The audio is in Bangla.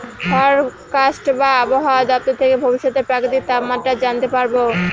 ফরকাস্ট বা আবহাওয়া দপ্তর থেকে ভবিষ্যতের প্রাকৃতিক তাপমাত্রা জানতে পারবো